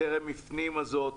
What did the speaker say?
טרם הפנימה זאת.